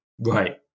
Right